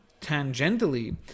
tangentially